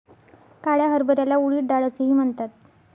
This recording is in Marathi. काळ्या हरभऱ्याला उडीद डाळ असेही म्हणतात